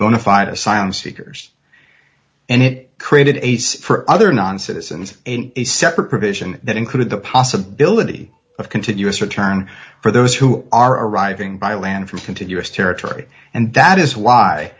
bona fide asylum seekers and it created a choice for other non citizens a separate provision that included the possibility of continuous return for those who are arriving by land from continuous territory and that is why